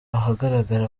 ahagaragara